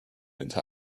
into